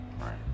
Right